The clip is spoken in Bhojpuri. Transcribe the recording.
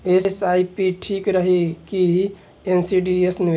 एस.आई.पी ठीक रही कि एन.सी.डी निवेश?